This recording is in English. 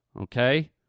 Okay